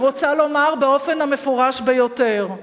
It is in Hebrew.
אני רוצה לומר באופן המפורש ביותר,